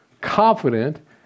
Confident